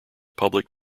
public